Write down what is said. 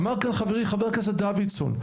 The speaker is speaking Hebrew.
אמר כאן חברי חבר הכנסת דוידסון,